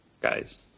guys